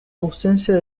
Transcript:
ausencia